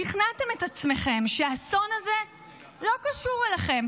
שכנעתם את עצמכם שהאסון הזה לא קשור אליכם,